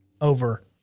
over